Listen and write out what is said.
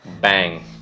bang